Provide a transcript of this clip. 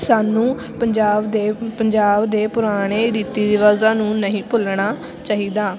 ਸਾਨੂੰ ਪੰਜਾਬ ਦੇ ਪੰਜਾਬ ਦੇ ਪੁਰਾਣੇ ਰੀਤੀ ਰਿਵਾਜ਼ਾਂ ਨੂੰ ਨਹੀਂ ਭੁੱਲਣਾ ਚਾਹੀਦਾ